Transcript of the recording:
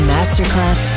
Masterclass